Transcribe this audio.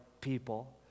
people